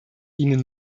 ihnen